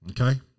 okay